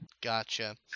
Gotcha